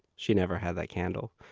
she never had that candle.